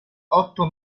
otto